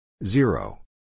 Zero